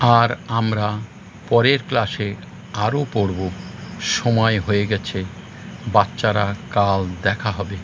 আর আমরা পরের ক্লাসে আরও পড়বো সময় হয়ে গেছে বাচ্চারা কাল দেখা হবে